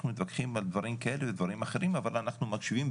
אנחנו מתווכחים על דברים כאלה ודברים אחרים אבל אנחנו מקשיבים.